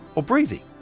or breathing.